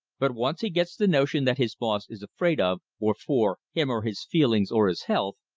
but once he gets the notion that his boss is afraid of, or for, him or his feelings or his health,